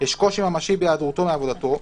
יש קושי ממשי בהיעדרותו מעבודתו,